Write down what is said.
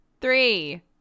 three